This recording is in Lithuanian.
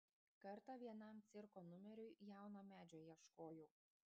kartą vienam cirko numeriui jauno medžio ieškojau